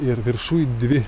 ir viršuj dvi